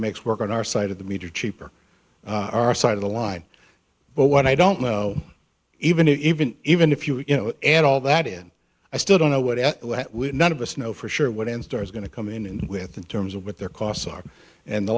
makes work on our side of the meter cheaper our side of the line but what i don't know even even even if you know and all that in i still don't know what none of us know for sure what and star is going to come in and with in terms of what their costs are and the